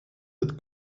het